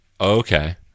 Okay